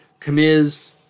Kamiz